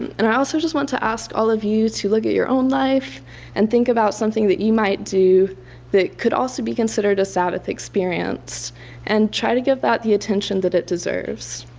and i also just want to ask all of you to look at your own life and think about something that you might do that could also be considered a sabbath experience and try to give that the attention that it deserves.